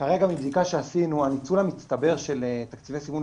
כרגע מבדיקה שעשינו הניצול המצטבר של תקציבי סימון